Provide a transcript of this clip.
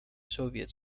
soviet